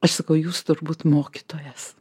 aš sakau jūs turbūt mokytojas